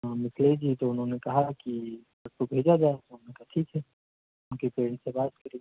हम इसलिए की उन्होंने कहा कि उसको भेजा जाए तो मैंने कहा ठीक है उनके पेरेंट्स से बात करते हैं